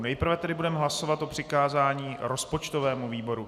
Nejprve tedy budeme hlasovat o přikázání rozpočtovému výboru.